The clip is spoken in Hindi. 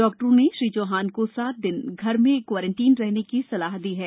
डाक्टरों ने श्री चौहान को सात दिन घर में क्वारण्टीन रहने की सलाह दी है